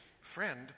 Friend